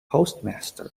postmaster